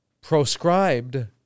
proscribed